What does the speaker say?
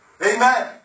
Amen